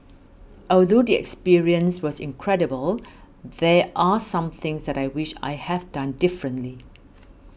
although the experience was incredible there are some things that I wish I have done differently